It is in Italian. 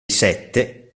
sette